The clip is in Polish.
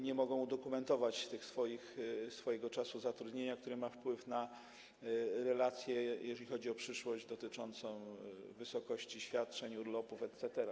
Nie mogą udokumentować tego swojego czasu zatrudnienia, który ma wpływ na relacje, jeżeli chodzi o przyszłość dotyczącą wysokości świadczeń, urlopów etc.